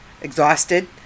Exhausted